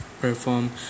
perform